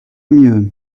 mieux